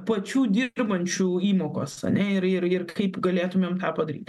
pačių dirbančiųjų įmokos ane ir ir ir kaip galėtumėm tą padaryti